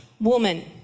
woman